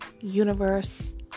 universe